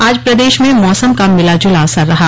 आज प्रदेश में मौसम का मिला जुला असर रहा